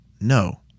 No